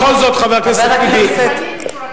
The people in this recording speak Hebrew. בכל זאת, חבר הכנסת טיבי,